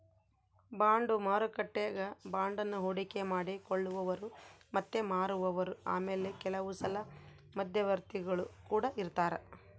bond ಮಾರುಕಟ್ಟೆಗ ಬಾಂಡನ್ನ ಹೂಡಿಕೆ ಮಾಡಿ ಕೊಳ್ಳುವವರು ಮತ್ತೆ ಮಾರುವವರು ಆಮೇಲೆ ಕೆಲವುಸಲ ಮಧ್ಯವರ್ತಿಗುಳು ಕೊಡ ಇರರ್ತರಾ